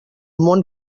món